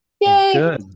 Yay